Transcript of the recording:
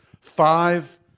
five